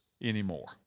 anymore